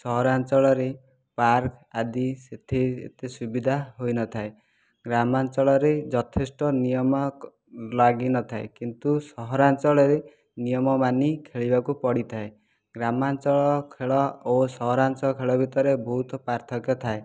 ସହରାଞ୍ଚଳରେ ପାର୍କ ଆଦି ସେଠି ଏତେ ସୁବିଧା ହୋଇନଥାଏ ଗ୍ରାମାଞ୍ଚଳରେ ଯଥେଷ୍ଟ ନିୟମ ଲାଗିନଥାଏ କିନ୍ତୁ ସହରାଞ୍ଚଳରେ ନିୟମ ମାନି ଖେଳିବାକୁ ପଡ଼ିଥାଏ ଗ୍ରାମାଞ୍ଚଳ ଖେଳ ଓ ସହରାଞ୍ଚଳ ଖେଳ ଭିତରେ ବହୁତ ପାର୍ଥକ୍ୟ ଥାଏ